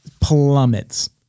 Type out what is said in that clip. plummets